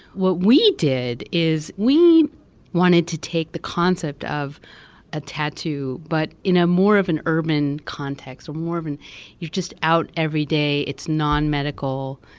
what we did is we wanted to take the concept of a tattoo, but in a more of an urban context, a more of an you're just out every day, it's nonmedical.